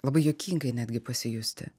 labai juokingai netgi pasijusti